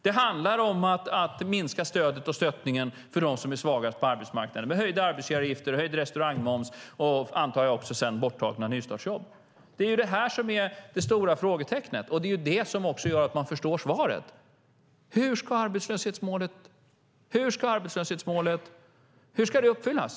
Det handlar om att minska stödet för dem som är svagast på arbetsmarknaden, genom höjda arbetsgivaravgifter, höjd restaurangmoms och - antar jag - borttagna nystartsjobb. Det är det här som är det stora frågetecknet, och det är också det som gör att man förstår svaret. Hur ska arbetslöshetsmålet uppfyllas?